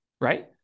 right